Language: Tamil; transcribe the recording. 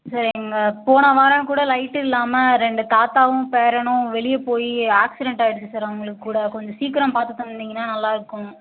சார் அங்க போன வாரம் கூட லைட்டு இல்லாமல் ரெண்டு தாத்தாவும் பேரனும் வெளியே போய் ஆக்சிரெண்ட் ஆகிடுச்சி சார் அவங்களுக்கு கூட கொஞ்சம் சீக்கிரம் பார்த்து தந்தீங்கனா நல்லாயிருக்கும்